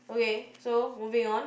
okay so moving on